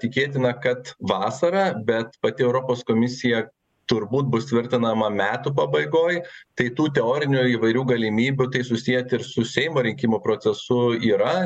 tikėtina kad vasarą bet pati europos komisija turbūt bus tvirtinama metų pabaigoj tai tų teorinių įvairių galimybių tai susiet ir su seimo rinkimų procesu yra